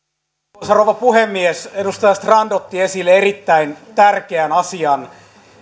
arvoisa rouva puhemies edustaja strand otti esille erittäin tärkeän asian